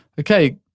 okay,